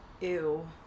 Ew